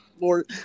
more